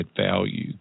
value